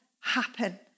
happen